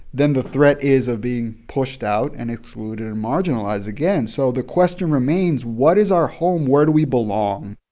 then the threat is of being pushed out and excluded and marginalized again so the question remains what is our home? where do we belong?